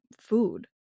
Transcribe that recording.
food